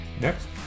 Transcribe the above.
next